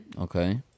okay